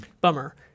Bummer